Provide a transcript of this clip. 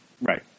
Right